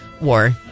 war